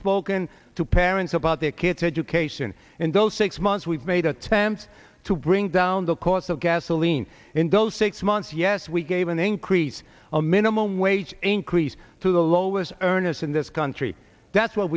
spoken to parents about their kids education in those six months we've made attempts to bring down the cost of gasoline in those six months yes we gave an increase a minimum wage increase to the lowest earnest in this country that's what